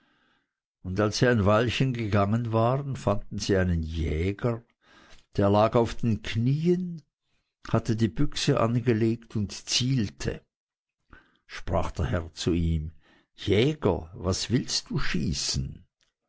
und als sie ein weilchen gegangen waren fanden sie einen jäger der lag auf den knien hatte die büchse angelegt und zielte sprach der herr zu ihm jäger was willst du schießen